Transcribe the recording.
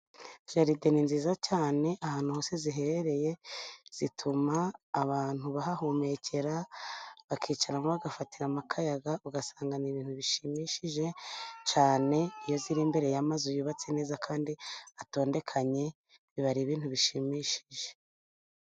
Jaride ni nziza cyane ahantu hose ziherereye zituma abantu bahahumekera, bakicaramo bagafatiramo akayaga. Ugasanga ni ibintu bishimishije cyane iyo ziri imbere y'amazu yubatse neza kandi atondekanye biba ari ibintu bishimishije.